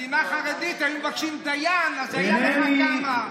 במדינה חרדית היו מבקשים דיין, ואז היו לך כמה.